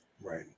Right